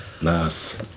Nice